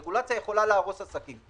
רגולציה יכולה להרוס עסקים.